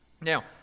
Now